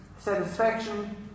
satisfaction